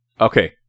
okay